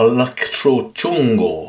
Electrochungo